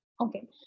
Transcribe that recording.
Okay